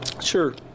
sure